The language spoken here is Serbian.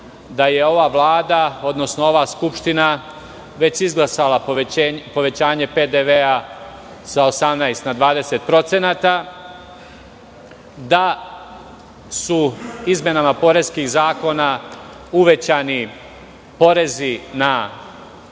da je ova Vlada odnosno ova Skupština već izglasala povećanje PDV-a sa 18 na 20%, da su izmenama poreskih zakona uvećani porezi na